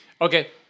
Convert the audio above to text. Okay